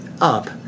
up